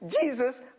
jesus